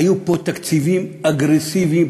היו פה תקציבים אגרסיביים,